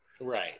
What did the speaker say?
right